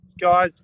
Guys